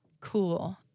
cool